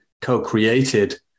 co-created